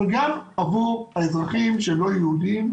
אבל גם עבור האזרחים שהם לא יהודים.